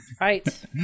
Right